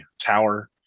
tower